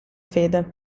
fede